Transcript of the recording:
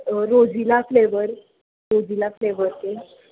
रोझीला flavour रोझीला फ्लेवरचे